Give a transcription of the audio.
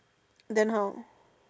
then how